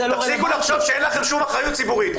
תפסיקו לחשוב שאין לכם שום אחריות ציבורית,